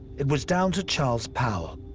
it was down to charles powell,